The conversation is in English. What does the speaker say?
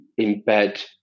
embed